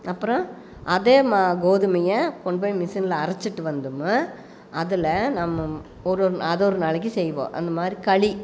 அப்புறம் அதே கோதுமையை கொண்டு போய் மிஷினில் அரைச்சிட்டு வந்தோம்னா அதில் நம்ம ஒரு ஒரு அது ஒரு நாளைக்கு செய்வோம் அந்தமாதிரி களி